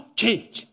change